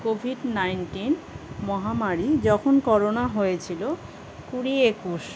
Covid nineteen মহামারী যখন corona হয়েছিল কুড়ি একুশ